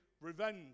revenge